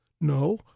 No